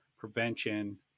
prevention